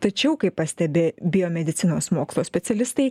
tačiau kaip pastebi biomedicinos mokslo specialistai